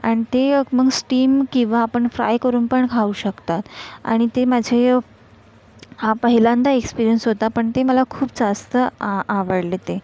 आणि ते मग स्टीम किंवा आपण फ्राय करून पण खाऊ शकतात आणि ते माझे हा पहिल्यांदा एक्सपीरियन्स होता पण ते मला खूप जास्त आ आवडले ते